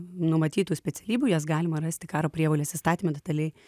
numatytų specialybių jas galima rasti karo prievolės įstatyme detaliai